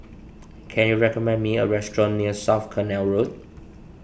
can you recommend me a restaurant near South Canal Road